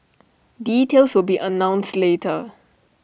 details will be announced later